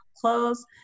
close